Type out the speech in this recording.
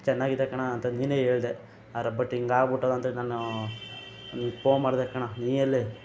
ಚೆನ್ನಾಗಿದೆ ಕಣಾ ಅಂತ ನೀನೆ ಹೇಳ್ದೆ ಆದರೆ ಬಟ್ ಹಿಂಗಾಗಿ ಬಿಟ್ಟದಂತೇಳಿ ನಾನೂ ನಿ ಪೋನ್ ಮಾಡಿದೆ ಕಣ ನೀ ಎಲ್ಲಿ